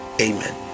Amen